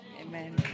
Amen